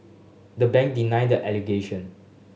the bank denied the allegation